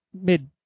mid